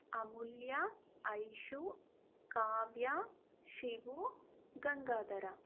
Amulya Aishu Kavya Shivu Gangadhara